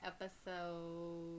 episode